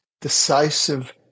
decisive